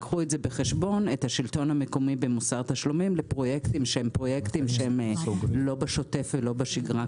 לקחו את השלטון המקומי במוסר תשלומים לפרויקטים שהם לא בשוטף ולא בשגרה,